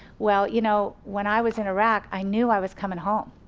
well you know when i was in iraq, i knew i was coming home.